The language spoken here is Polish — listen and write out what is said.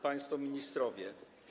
Państwo Ministrowie!